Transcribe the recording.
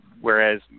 whereas